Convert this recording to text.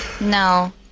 No